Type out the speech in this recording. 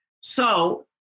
So-